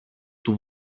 του